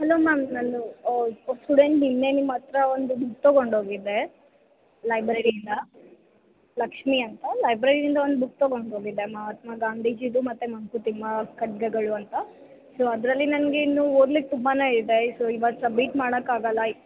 hello ma'am ನಾನು ಒಬ್ಬ student ನಿನ್ನೆ ನಿಮ್ಮ ಹತ್ತಿರ ಒಂದು ಬುಕ್ ತೊಗೊಂಡೋಗಿದ್ದೆ ಲೈಬ್ರೆರಿಯಿಂದ ಲಕ್ಷ್ಮಿ ಅಂತ ಲೈಬ್ರೆರಿಯಿಂದ ಒಂದು ಬುಕ್ ತೊಗೊಂಡೋಗಿದ್ದೆ ಮಹಾತ್ಮ ಗಾಂಧೀಜಿದು ಮತ್ತು ಮಂಕುತಿಮ್ಮ ಕಗ್ಗಗಳು ಅಂತ ಸೊ ಅದರಲ್ಲಿ ನನ್ಗೆ ಇನ್ನೂ ಓದ್ಲಿಕ್ಕೆ ತುಂಬಾ ಇದಾಯಿತು ಇವತ್ತು ಸಬ್ಮಿಟ್ ಮಾಡೋಕ್ಕಾಗಲ್ಲ